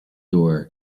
door